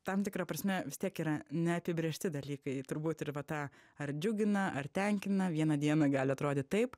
tam tikra prasme vis tiek yra neapibrėžti dalykai turbūt ir va tą ar džiugina ar tenkina vieną dieną gali atrodyt taip